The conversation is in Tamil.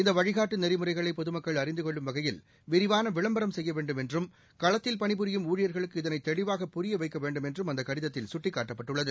இந்தவழிகாட்டுநெறிமுறைகளைபொதுமக்கள் அறிந்தகொள்ளும் வகையில் விரிவானவிளம்பரம் செய்யவேண்டும் என்றும் களத்தில் பணிபுரியும் ஊழியர்களுக்கு இதனைதெளிவாக புரியவைக்கவேண்டும் என்றும் அந்தகடிதத்தில் சுட்டிக் காட்டப்பட்டுள்ளது